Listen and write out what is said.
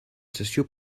sessió